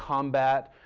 combat,